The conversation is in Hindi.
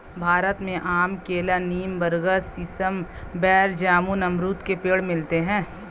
भारत में आम केला नीम बरगद सीसम बेर जामुन अमरुद के पेड़ मिलते है